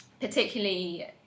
particularly